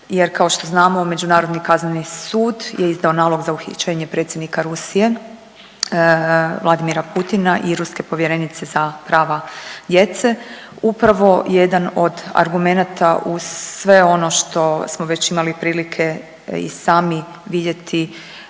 jer kao što znamo Međunarodni kazneni sud je izdao nalog za uhićenje predsjednika Rusije Vladimira Putina i ruske povjerenice za prava djece upravo jedan od argumenata uz sve ono što smo već imali prilike i sami vidjeti